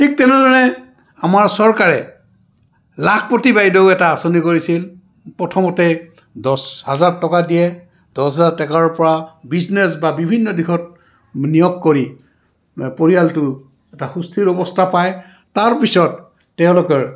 ঠিক তেনেধৰণে আমাৰ চৰকাৰে লাখপতি বাইদেউ এটা আঁচনি কৰিছিল প্ৰথমতে দহ হাজাৰ টকা দিয়ে দহ হাজাৰ টকাৰপৰা বিজনেছ বা বিভিন্ন দিশত নিয়োগ কৰি পৰিয়ালটো এটা সুস্থিৰ অৱস্থা পায় তাৰ পিছত তেওঁলোকৰ